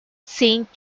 saint